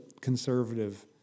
conservative